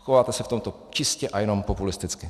Chováte se v tomto čistě a jenom populisticky.